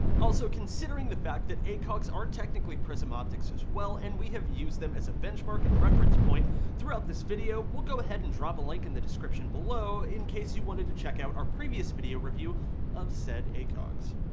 also considering the fact that eight cogs are technically prism optics as well and we have used them as a benchmark and reference point throughout this video, we'll go ahead and drop a link in the description below in case you wanted to check out our previous video review of said eight cogs.